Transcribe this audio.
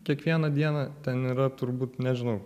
kiekvieną dieną ten yra turbūt nežinau